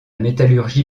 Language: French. métallurgie